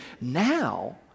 now